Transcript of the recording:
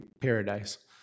paradise